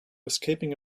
escaping